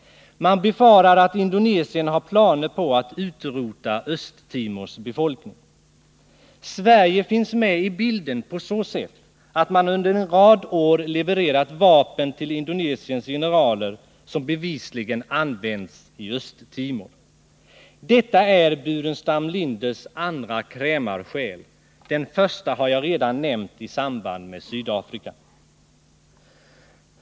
Man befarar att Indonesien har planer på att utrota Östtimors befolkning. Sverige finns med i bilden genom att till Indonesiens generaler under en rad år ha levererat vapen som bevisligen använts i Östtimor. Detta är Staffan Burenstam Linders andra krämarsjäl. Den första har jag redan nämnt i samband med Sydafrika.